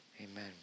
amen